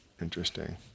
Interesting